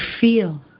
feel